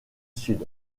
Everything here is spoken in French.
sud